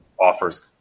offers